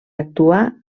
actuar